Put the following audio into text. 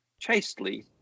chastely